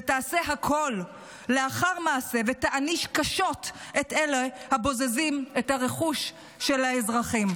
ותעשה הכול לאחר מעשה ותעניש קשות את אלה הבוזזים את הרכוש של האזרחים.